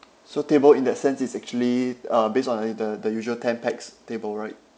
so table in that sense it's actually uh based on the the usual ten pax table right